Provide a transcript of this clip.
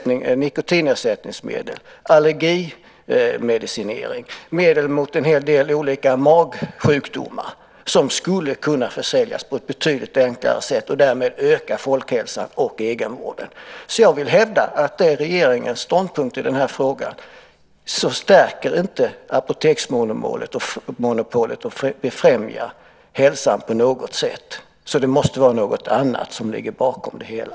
Nikotinersättningsmedel, allergimedicin och medel mot en hel del olika magsjukdomar skulle kunna försäljas på ett betydligt enklare sätt och därmed öka folkhälsan och egenvården, så jag vill hävda att regeringens ståndpunkt i den här frågan inte stärker apoteksmonopolet och inte befrämjar hälsan på något sätt. Det måste alltså vara något annat som ligger bakom det hela.